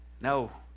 No